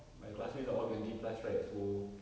my classmates are all twenty plus right so